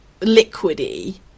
liquidy